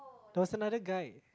there was another guy